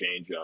changeup